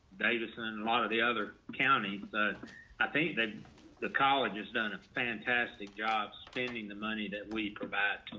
davison, a lot of the other county but i think that the college has done a fantastic job spending the money that we provide.